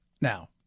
now